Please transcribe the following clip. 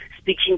speaking